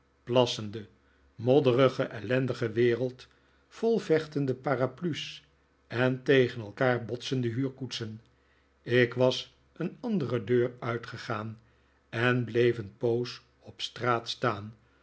plassende modderige ellendige wereld vol vechtende parapluie's en tegen elkaar botsende huurkoetsen ik was een andere deur uitgegaan en bleef een poos op straat staan